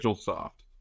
soft